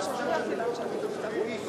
מה נראה לך, שיהיה אפשר לקנות אותו ב-4 שקלים?